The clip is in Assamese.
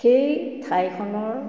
সেই ঠাইখনৰ